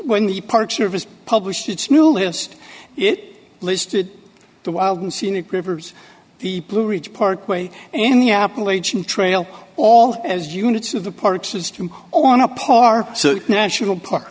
when the park service published its new list it listed the wild and scenic rivers the blue ridge parkway and the appalachian trail all as units of the park system on a par national park